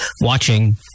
watching